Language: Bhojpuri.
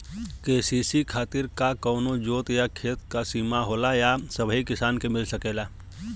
के.सी.सी खातिर का कवनो जोत या खेत क सिमा होला या सबही किसान के मिल सकेला?